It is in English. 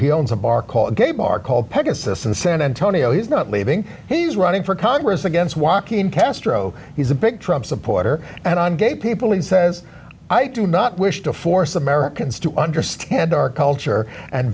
he owns a bar called a gay bar called pegasus in san antonio he's not leaving he's running for congress against walk in castro he's a big trump supporter and on gay people he says i do not wish to force americans to understand our culture and